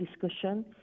discussion